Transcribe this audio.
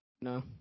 No